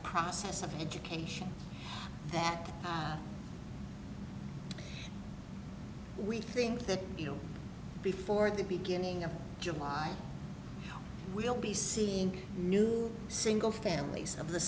process of education that we think that you know before the beginning of july we'll be seeing new single families of the